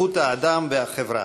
איכות האדם והחברה.